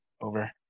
over